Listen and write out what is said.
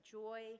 joy